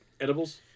Edibles